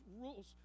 rules